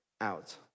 out